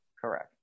Correct